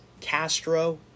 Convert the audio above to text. Castro